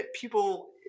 people